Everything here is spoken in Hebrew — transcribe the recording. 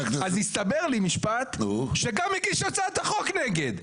אז הסתבר לי שגם מגיש הצעת החוק נגד.